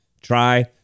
try